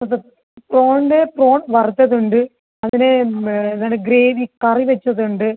അപ്പം പ്രോൺ വെ പ്രോൺ വറുത്തത് ഉണ്ട് അങ്ങനെ എന്താണ് ഗ്രേവി കറി വെച്ചത് ഉണ്ട്